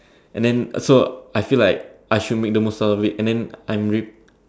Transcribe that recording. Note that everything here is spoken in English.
and then also I feel like I should make most of it and then angry